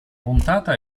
puntata